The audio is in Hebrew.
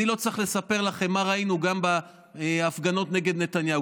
אני לא צריך לספר לכם מה ראינו גם בהפגנות נגד נתניהו,